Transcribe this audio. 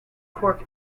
cork